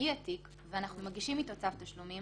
כשמגיע תיק ואנחנו מגישים אתו צו תשלומים,